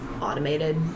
automated